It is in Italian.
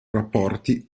rapporti